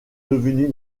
devenue